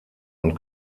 und